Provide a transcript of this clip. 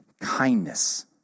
kindness